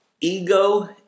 Ego